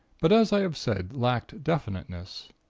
but as i have said, lacked definiteness.